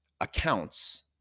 accounts